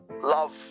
love